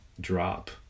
drop